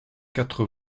quatre